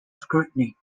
scrutiny